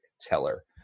Teller